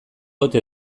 ote